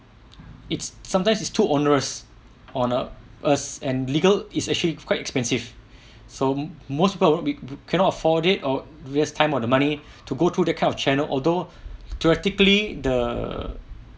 it's sometimes it's too onerous on us and legal is actually quite expensive so most people will be cannot afford it or waste time or the money to go through that kind of channel although theoretically the